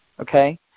Okay